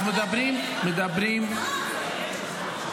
מדברים -- די.